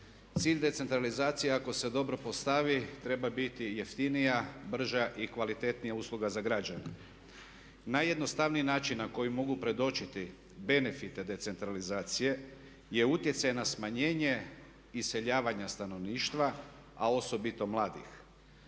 Cilj decentralizacije ako se dobro postavi treba biti jeftinija, brža i kvalitetnija usluga za građane. Najjednostavniji način na koji mogu predočiti benefite decentralizacije je utjecaj na smanjenje iseljavanja stanovništva a osobito mladih.